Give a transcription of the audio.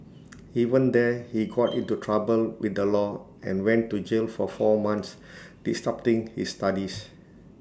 even there he got into trouble with the law and went to jail for four months disrupting his studies